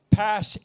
pass